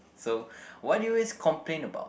so what do you always complain about